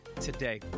today